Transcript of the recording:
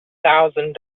thousand